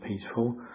peaceful